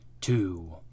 two